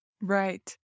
Right